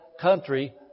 country